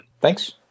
Thanks